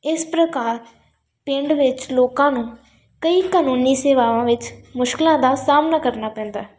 ਇਸ ਪ੍ਰਕਾਰ ਪਿੰਡ ਵਿੱਚ ਲੋਕਾਂ ਨੂੰ ਕਈ ਕਾਨੂੰਨੀ ਸੇਵਾਵਾਂ ਵਿੱਚ ਮੁਸ਼ਕਲਾਂ ਦਾ ਸਾਹਮਣਾ ਕਰਨਾ ਪੈਂਦਾ